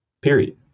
Period